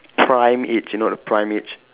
prime age you know the prime age